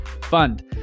fund